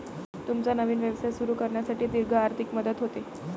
तुमचा नवीन व्यवसाय सुरू करण्यासाठी दीर्घ आर्थिक मदत होते